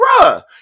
bruh